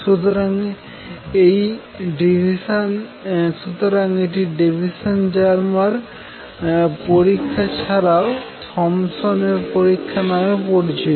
সুতরাং এটি Davisson Germer পরীক্ষা এছাড়াও থমসন এর পরীক্ষা নামে পরিচিত